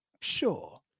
Sure